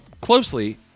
closely